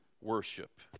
worship